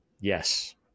yes